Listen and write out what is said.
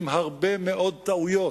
עם הרבה מאוד טעויות,